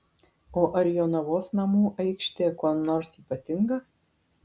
o ar jonavos namų aikštė kuom nors ypatinga